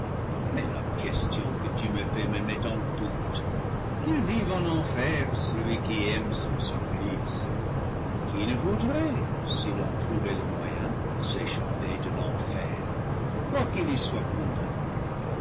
mais la question que tu me fais me met en doute qu'il vive en enfer celui qui aime son supplice qui ne voudrait s'il en trouvait le moyen s'échapper de l'enfer quoi qu'il y soit condamné